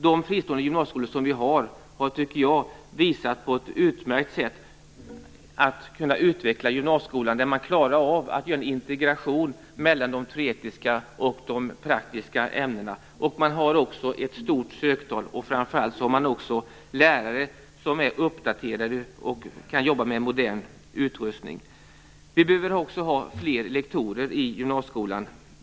De fristående gymnasieskolorna har, tycker jag, på ett utmärkt sätt visat att de kan utveckla gymnasieskolan. Man klarar av att göra en integration mellan de teoretiska och de praktiska ämnena. Man har ett stort söktal, och man har framför allt lärare som är uppdaterade och som kan arbeta med modern utrustning. Vi behöver också ha fler lektorer i gymnasieskolan.